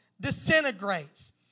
disintegrates